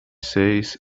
says